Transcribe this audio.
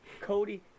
Cody